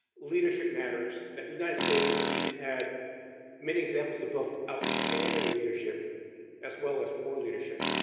leadership matters. the united states, we've had many examples of both outstanding leadership as well as poor leadership.